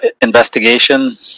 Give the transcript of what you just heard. Investigation